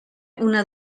una